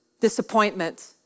disappointment